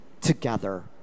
together